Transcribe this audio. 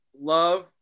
love